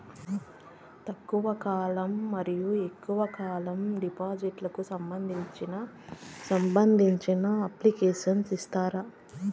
తక్కువ కాలం మరియు ఎక్కువగా కాలం డిపాజిట్లు కు సంబంధించిన అప్లికేషన్ ఫార్మ్ ఇస్తారా?